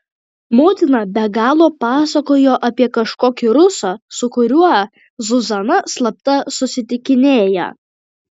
motina be galo pasakojo apie kažkokį rusą su kuriuo zuzana slapta susitikinėja